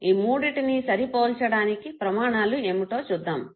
ఈ మూడిటిని సరిపోల్చదానికి ప్రమాణాలు ఏమిటో చూద్దాము